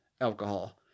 alcohol